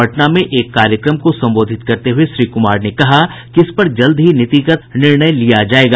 पटना में एक कार्यक्रम को संबोधित करते हुए श्री कुमार ने कहा कि इस पर जल्द ही नीतिगत निर्णय लिया जायेगा